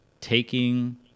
taking